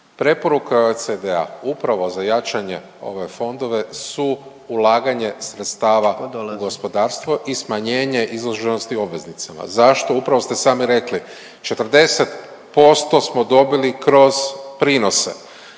Preporuka OECD-a upravo za jačanje ove fondove su ulaganje sredstava u gospodarstvo i smanjenje izloženosti obveznicama. Zašto? Upravo ste sami rekli, 40% smo dobili kroz prinose